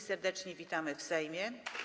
Serdecznie witamy w Sejmie.